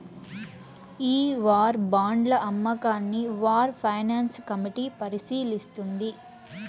ఈ వార్ బాండ్ల అమ్మకాన్ని వార్ ఫైనాన్స్ కమిటీ పరిశీలిస్తుంది